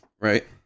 right